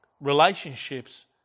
relationships